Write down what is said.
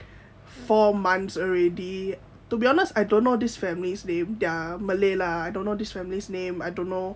four months already to be honest I don't know this family's name they're malay lah don't know this family's name I don't know